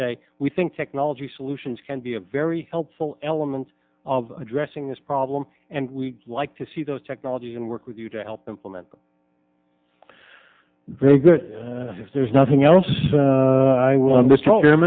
say we think technology solutions can be a very helpful element of addressing this problem and we like to see those technologies and work with you to help implement very good if there's nothing else i want this program